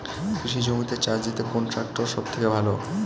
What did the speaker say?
কৃষি জমিতে চাষ দিতে কোন ট্রাক্টর সবথেকে ভালো?